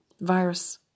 virus